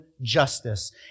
justice